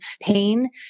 pain